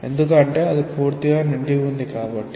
ఎందుకంటే అది పూర్తిగా నిండి ఉంటుంది కాబట్టి